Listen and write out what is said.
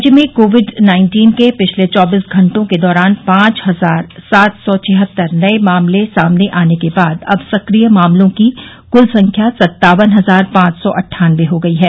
राज्य में COVID nineteen के पिछले चौबीस घटों के दौरान पांच हजार सात सौ छिहत्तर नये मामले सामने आने के बाद अब सक्रिय मामलों की क्ल संख्या सत्तावन हजार पांच सौ अन्ठानबे हो गई हैं